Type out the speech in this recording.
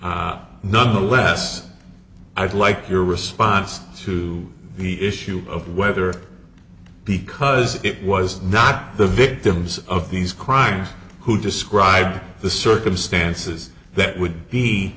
none the less i would like your response to the issue of whether because it was not the victims of these crimes who described the circumstances that would